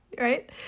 right